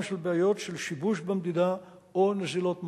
של בעיות של שיבוש במדידה או נזילות מים.